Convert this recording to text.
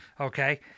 Okay